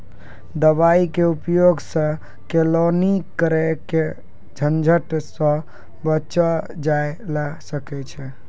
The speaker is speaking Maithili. दवाई के उपयोग सॅ केलौनी करे के झंझट सॅ बचलो जाय ल सकै छै